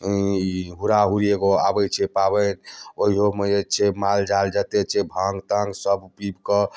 हुरा हुरी एगो आबैत छै पाबनि ओहोमे जे छै मालजाल जतेक छै भाङ ताङ सब पीसकऽ